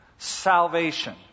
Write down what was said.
salvation